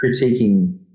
critiquing